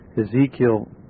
Ezekiel